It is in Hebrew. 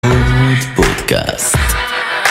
פודקאסט